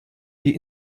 die